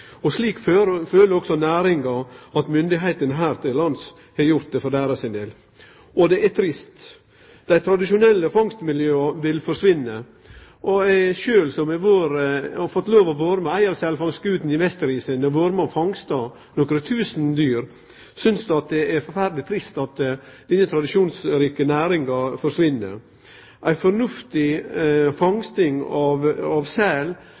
nettopp slik som eg gjer no. Slik føler også næringa at myndigheitene her til lands har gjort det for deira del. Og det er trist. Dei tradisjonelle fangstmiljøa vil forsvinne. Sjølv har eg fått lov til å vere med ei av selfangstskutene i Vestisen, vore med å fangste nokre tusen dyr. Eg synest det er forferdeleg trist at denne tradisjonsrike næringa forsvinn. Ei fornuftig fangsting av